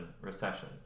recession